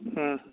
ꯎꯝ